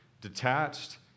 detached